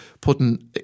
putting